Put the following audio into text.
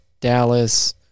Dallas